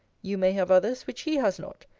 you may have others, which he has not.